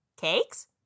cakes